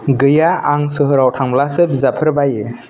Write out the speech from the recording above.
गैया आं सोहोराव थांब्लासो बिजाबफोर बायो